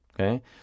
okay